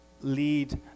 lead